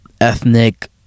ethnic